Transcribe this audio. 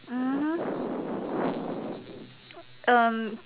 mmhmm um